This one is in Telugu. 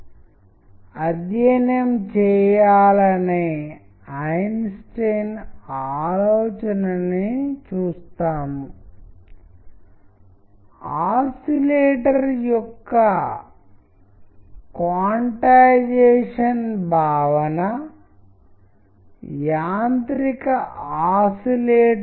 మల్టీమీడియా మరింత శక్తివంతమైన సాధనంగా కమ్యూనికేట్ చేయడానికి మరియు ప్రవర్తనను మార్చడానికి చాలా క్లిష్టమైన సాధనంగా ఎలా నిర్వహిస్తుందనే దాని గురించి మీకు సమగ్రమైన ఆలోచనను అందిస్తుంది